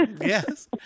Yes